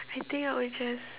I think I would just